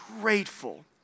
grateful